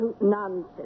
Nonsense